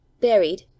buried